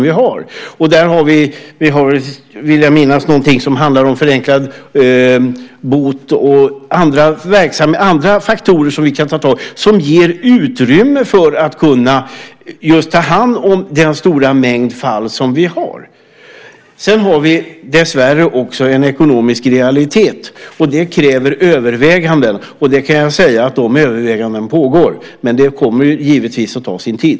Vi har, vill jag minnas, någonting som handlar om förenklad bot och andra faktorer som vi kan ta tag i som ger utrymme för att just kunna ta hand om den stora mängd fall som finns. Vi har dessvärre också en ekonomisk realitet. Det kräver överväganden. Jag kan säga att de övervägandena pågår, men det kommer givetvis att ta sin tid.